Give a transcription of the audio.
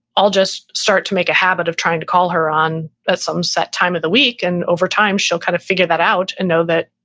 i'll just start to make a habit of trying to call her on, at some set time of the week and over time she'll kind of figure that out and know that,